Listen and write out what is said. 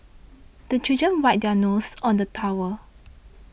the children wipe their noses on the towel